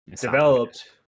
Developed